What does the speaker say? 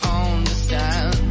understand